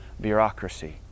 bureaucracy